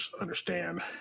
understand